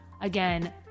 Again